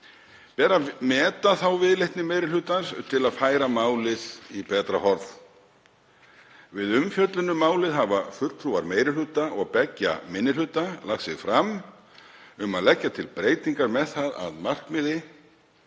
Ber að meta þá viðleitni meiri hlutans til að færa málið í betra horf. Við umfjöllun um málið hafa fulltrúar meiri hluta og beggja minni hluta lagt sig fram um að leggja til breytingar með það að markmiði